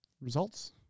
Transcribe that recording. Results